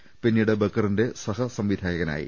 ്പിന്നീട് ബക്കറിന്റെ സഹ സംവിധായകനായി